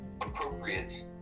appropriate